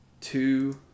two